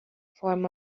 form